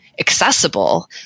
accessible